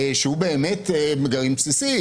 שהוא באמת גרעין בסיסי.